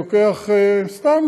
ולוקח סתם,